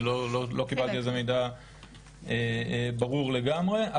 אני לא קיבלתי על זה מידע ברור לגמרי.